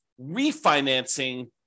refinancing